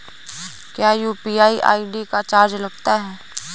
क्या UPI ID का charge लगता है?